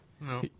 No